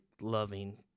loving